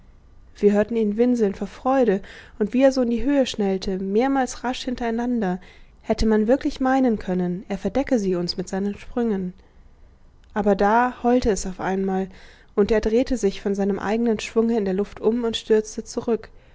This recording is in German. wir hörten ihn winseln vor freude und wie er so in die höhe schnellte mehrmals rasch hintereinander hätte man wirklich meinen können er verdecke sie uns mit seinen sprüngen aber da heulte es auf einmal und er drehte sich von seinem eigenen schwunge in der luft um und stürzte zurück